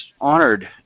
honored